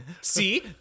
see